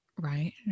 Right